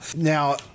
now